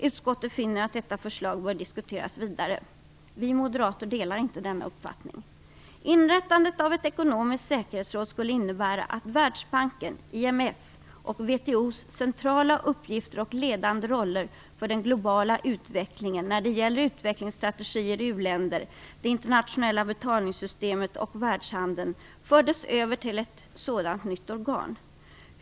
Utskottet finner att detta förslag bör diskuteras vidare. Vi moderater delar inte denna uppfattning. Inrättandet av ett ekonomiskt säkerhetsråd skulle innebära att Världsbankens, IMF:s och WTO:s centrala uppgifter och ledande roller för den globala utvecklingen när det gäller utvecklingsstrategier i uländer, det internationella betalningssystemet och världshandeln fördes över till ett sådant nytt organ.